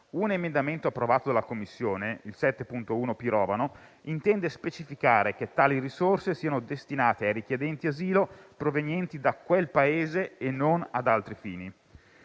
Pirovano, approvato dalla Commissione, intende specificare che tali risorse siano destinate ai richiedenti asilo provenienti da quel Paese e non ad altri fini.